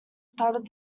started